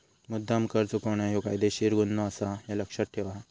मुद्द्दाम कर चुकवणा ह्यो कायदेशीर गुन्हो आसा, ह्या लक्ष्यात ठेव हां